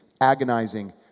agonizing